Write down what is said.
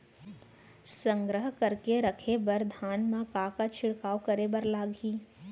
संग्रह करके रखे बर धान मा का का छिड़काव करे बर लागही?